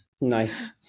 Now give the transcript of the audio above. Nice